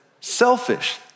selfish